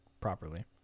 properly